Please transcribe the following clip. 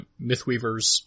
Mythweavers